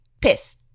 piss